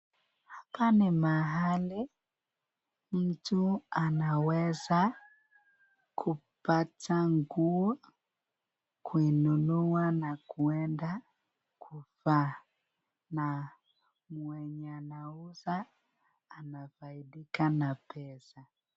Hapa ni mahali mtu anaweza kupata nguo kuinunua na kuenda kuvaa na mwenye anauza anafaidika na pesa.